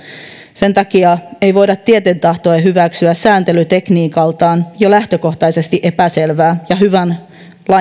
sen takia ei voida tieten tahtoen hyväksyä sääntelytekniikaltaan jo lähtökohtaisesti epäselvää ja hyvän